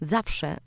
Zawsze